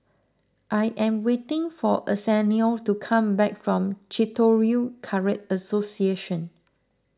I am waiting for Arsenio to come back from Shitoryu Karate Association